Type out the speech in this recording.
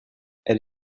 elle